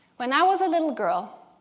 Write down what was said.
when i was a little girl,